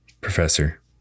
professor